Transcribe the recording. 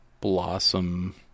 Blossom